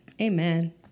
Amen